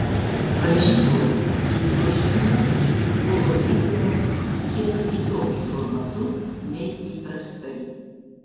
varžybos bydgoščiuje buvo vykdomos kiek kitokiu formatu nei įprastai